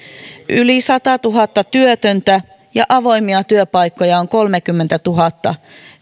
yli satatuhatta työtöntä ja avoimia työpaikkoja on kolmekymmentätuhatta